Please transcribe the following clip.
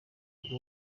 ngo